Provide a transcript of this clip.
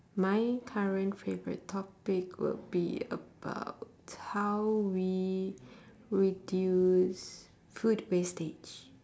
my current favourite topic would be about how we reduce food wastage